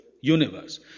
universe